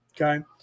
okay